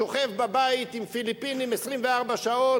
שוכב בבית עם פיליפינים 24 שעות.